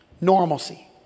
Normalcy